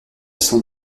son